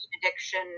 addiction